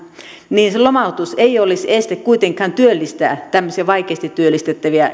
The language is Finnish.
niin se lomautus ei olisi kuitenkaan este työllistää tämmöisiä vaikeasti työllistettäviä